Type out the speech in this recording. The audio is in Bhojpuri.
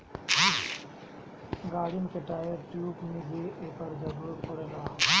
गाड़िन के टायर, ट्यूब में भी एकर जरूरत पड़ेला